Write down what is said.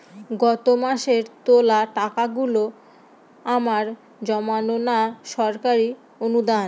গত মাসের তোলা টাকাগুলো আমার জমানো না সরকারি অনুদান?